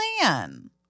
plan